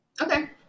Okay